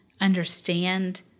understand